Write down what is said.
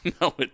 No